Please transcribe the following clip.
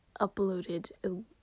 uploaded